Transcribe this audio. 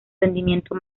rendimiento